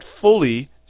fully